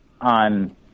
on